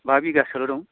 बा बिघासोल' दं